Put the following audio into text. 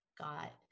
got